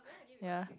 yea